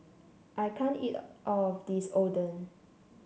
I can't eat all of this Oden